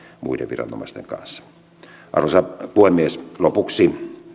muiden viranomaisten kanssa arvoisa puhemies lopuksi